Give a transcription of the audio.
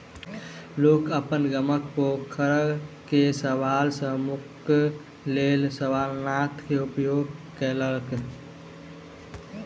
लोक अपन गामक पोखैर के शैवाल सॅ मुक्तिक लेल शिवालनाशक के उपयोग केलक